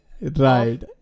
Right